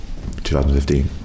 2015